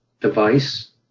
device